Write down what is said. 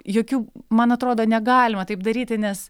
jokių man atrodo negalima taip daryti nes